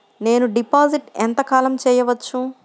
నేను డిపాజిట్ ఎంత కాలం చెయ్యవచ్చు?